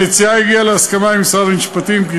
המציעה הגיעה להסכמה עם משרד המשפטים כי